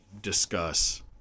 Discuss